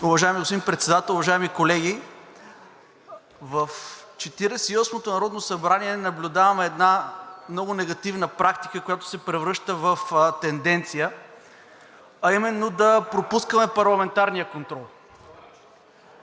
Уважаеми господин Председател, уважаеми колеги! В Четиридесет и осмото народно събрание наблюдаваме една много негативна практика, която се превръща в тенденция, а именно да пропускаме парламентарния контрол.